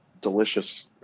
delicious